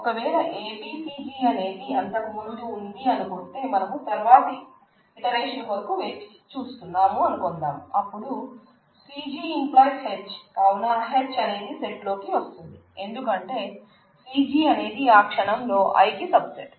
ఒక వేళ ABCG అనేది అంతకుముందే ఉంది అనుకుంటే మనం తర్వాతి ఇటరేషన్ కొరకు వేచు చూస్తున్నాం అనుకుందాం అపుడు CG→H కావున H అనేది సెట్ లోకి వస్తుంది ఎందుకంటే CG అనేది ఆ క్షణంలో I కి సబ్ సెట్